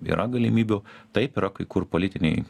yra galimybių taip yra kai kur politiniai